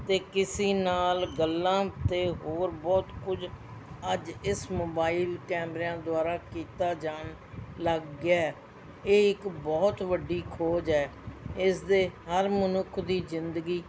ਅਤੇ ਕਿਸੇ ਨਾਲ ਗੱਲਾਂ ਅਤੇ ਹੋਰ ਬਹੁਤ ਕੁਝ ਅੱਜ ਇਸ ਮੋਬਾਈਲ ਕੈਮਰਿਆਂ ਦੁਆਰਾ ਕੀਤਾ ਜਾਣ ਲੱਗ ਗਿਆ ਇਹ ਇੱਕ ਬਹੁਤ ਵੱਡੀ ਖੋਜ ਹੈ ਇਸਦੇ ਹਰ ਮਨੁੱਖ ਦੀ ਜ਼ਿੰਦਗੀ